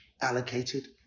allocated